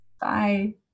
Bye